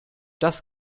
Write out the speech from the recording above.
das